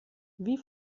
wie